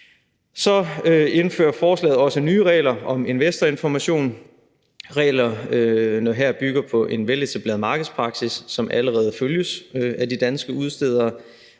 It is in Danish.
Så indfører forslaget også nye regler om investorinformation. Reglerne her bygger på en veletableret markedspraksis, som allerede følges af de danske udstedere.